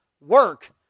work